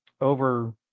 over